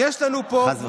יש לנו פה, חס וחלילה.